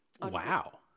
Wow